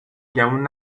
گمون